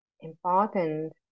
important